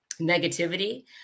negativity